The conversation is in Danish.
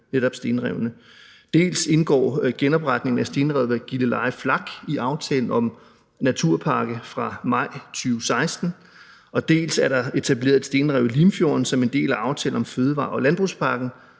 netop stenrevene. Dels indgår genopretningen af stenrevet ved Gilleleje Flak i aftalen om en naturpakke fra maj 2016, dels er der etableret et stenrev i Limfjorden som en del af aftalen om fødevarer- og landbrugspakken,